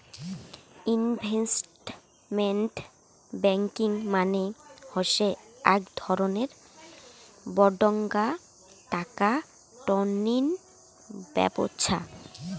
investment banking মানে হসে আক ধরণের বডঙ্না টাকা টননি ব্যবছস্থা